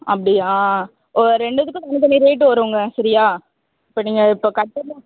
அப்படியா ஒ ரெண்டுத்துக்கும் தனி தனி ரேட் வருங்க சரியா இப்போ நீங்கள் இப்போ